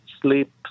sleep